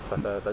mm